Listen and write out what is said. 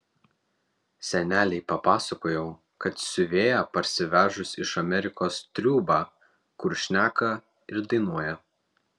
senelei papasakojau kad siuvėja parsivežus iš amerikos triūbą kur šneka ir dainuoja